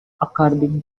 according